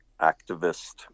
activist